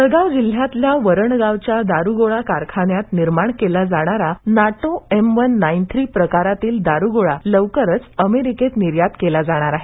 जळगाव जिल्ह्यातल्या वरणगावच्यादारुगोळा कारखान्यात निर्माण केला जाणारा नाटो एम वन नाइन थ्रीप्रकारातील दारुगोळा लवकरच अमेरिकेत निर्यात केला जाणार आहे